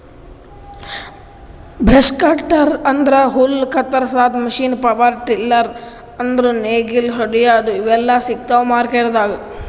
brush cutter ಅಂದ್ರ ಹುಲ್ಲ್ ಕತ್ತರಸಾದ್ ಮಷೀನ್ ಪವರ್ ಟಿಲ್ಲರ್ ಅಂದ್ರ್ ನೇಗಿಲ್ ಹೊಡ್ಯಾದು ಇವೆಲ್ಲಾ ಸಿಗ್ತಾವ್ ಮಾರ್ಕೆಟ್ದಾಗ್